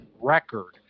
record